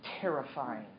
terrifying